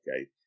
okay